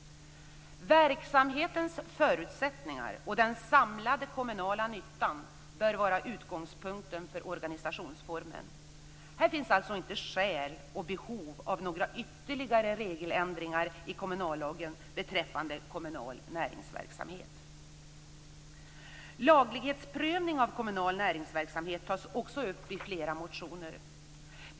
Verksamhetens förutsättningar och den samlade kommunala nyttan bör var utgångspunkten för organisationsformen. Här finns alltså inte skäl till eller behov av några ytterligare regeländringar i kommunallagen beträffande kommunal näringsverksamhet. Laglighetsprövning av kommunal näringsverksamhet tas också upp i flera motioner.